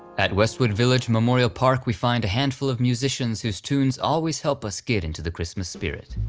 at westwood village memorial park we find a handful of musicians whose tunes always help us get into the christmas spirit.